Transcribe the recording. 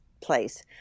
place